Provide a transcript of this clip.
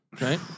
right